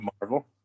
Marvel